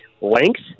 length